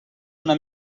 una